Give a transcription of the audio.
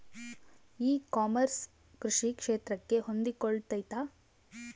E commerce ಕೃಷಿ ಕ್ಷೇತ್ರಕ್ಕೆ ಹೊಂದಿಕೊಳ್ತೈತಾ?